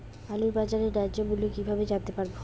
আলুর বাজার ন্যায্য মূল্য কিভাবে জানতে পারবো?